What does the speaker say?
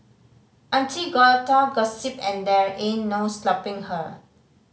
auntie gotta gossip and there in no stopping her